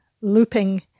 looping